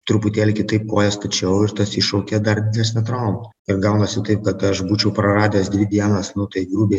truputėlį kitaip koją stačiau ir tas iššaukė dar didesnę traumą ir gaunasi taip kad aš būčiau praradęs dvi dienas nu tai grubiai